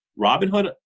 Robinhood